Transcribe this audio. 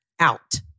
Out